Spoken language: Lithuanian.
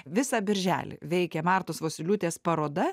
visą birželį veikė martos vosyliūtės paroda